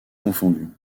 confondus